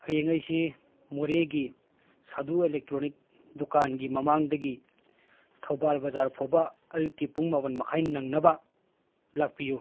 ꯍꯌꯦꯡ ꯑꯩꯁꯤ ꯃꯣꯔꯦꯒꯤ ꯁꯥꯗꯨ ꯏꯂꯦꯛꯇ꯭ꯔꯣꯅꯤꯛ ꯗꯨꯀꯥꯟꯒꯤ ꯃꯃꯥꯡꯗꯒꯤ ꯊꯧꯕꯥꯜ ꯕꯖꯥꯔ ꯐꯥꯎꯕ ꯑꯌꯨꯛꯀꯤ ꯄꯨꯡ ꯃꯥꯄꯜ ꯃꯈꯥꯏ ꯅꯪꯅꯕ ꯂꯥꯛꯄꯤꯌꯨ